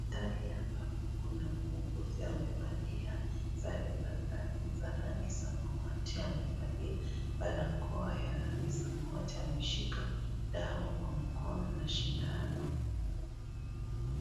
Hospitali ambapo kuna muuguzi amevalia sare za kazi za rangi samawati. Amevalia barakoa ya rangi samawati. Ameshika dawa kwa mkono na sindano.